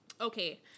Okay